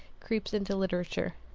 creeps into literature.